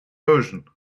version